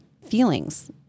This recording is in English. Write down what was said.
feelings